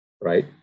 right